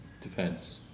defense